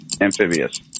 Amphibious